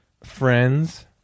friends